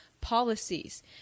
Policies